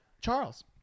charles